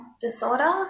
disorder